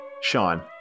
Sean